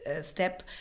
step